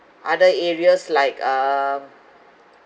other areas like um